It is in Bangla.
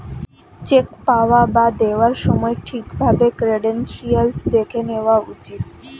চেক পাওয়া বা দেওয়ার সময় ঠিক ভাবে ক্রেডেনশিয়াল্স দেখে নেওয়া উচিত